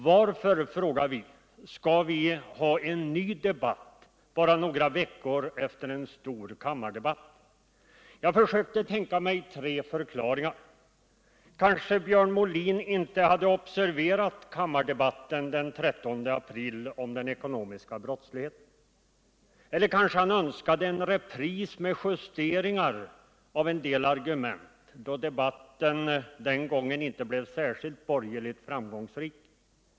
Varför, frågade vi, skall vi ha en ny debatt i samma fråga bara några veckor efter en stor kammardebatt? Jag försökte tänka mig tre förklaringar: Kanske Björn Molin inte hade observerat kammardebatten den 13 april om den ekonomiska brottsligheten. Eller kanske han önskade en repris med justeringar av en del argument, då debatten den gången inte blev särskilt framgångsrik för de borgerliga.